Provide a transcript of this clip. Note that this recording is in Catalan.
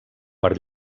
per